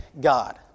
God